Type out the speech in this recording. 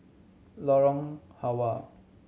Lorong Halwa